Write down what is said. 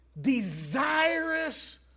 desirous